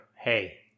Hey